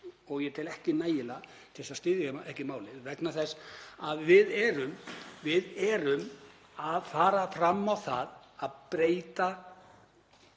að ég tel þá ekki vera nægilega til að styðja ekki málið vegna þess að við erum að fara fram á það að breyta